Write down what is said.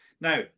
Now